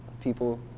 People